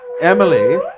Emily